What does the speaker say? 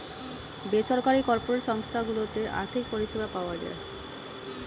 বেসরকারি কর্পোরেট সংস্থা গুলোতে আর্থিক পরিষেবা পাওয়া যায়